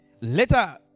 Later